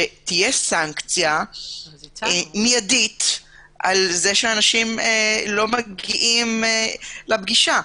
שתהיה סנקציה מיידית על זה שאנשים לא מגיעים לפגישה,